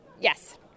Yes